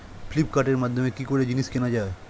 ফ্লিপকার্টের মাধ্যমে কি করে জিনিস কেনা যায়?